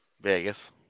Vegas